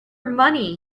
money